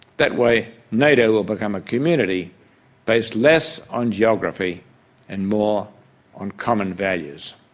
that way nato will become a community based less on geography and more on common values.